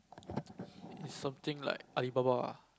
is something like Alibaba